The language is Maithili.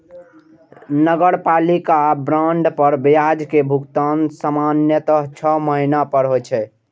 नगरपालिका बांड पर ब्याज के भुगतान सामान्यतः छह महीना पर होइ छै